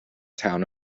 town